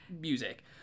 music